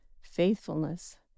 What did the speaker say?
faithfulness